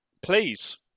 Please